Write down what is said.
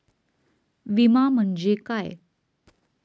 विमा म्हणजे काय?